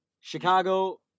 Chicago